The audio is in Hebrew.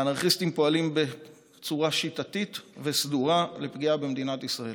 האנרכיסטים פועלים בצורה שיטתית וסדורה לפגיעה במדינת ישראל.